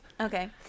Okay